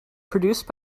produced